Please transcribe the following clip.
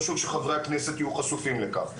חשוב שחברי הכנסת יהיו חשופים לכך.